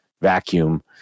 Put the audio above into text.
vacuum